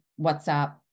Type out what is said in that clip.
WhatsApp